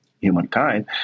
humankind